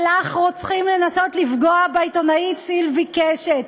שלח רוצחים לנסות לפגוע בעיתונאית סילבי קשת,